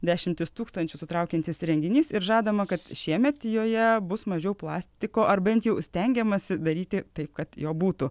dešimtis tūkstančių sutraukiantis renginys ir žadama kad šiemet joje bus mažiau plastiko ar bent jau stengiamasi daryti taip kad jo būtų